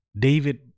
David